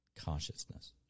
consciousness